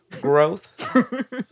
growth